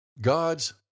God's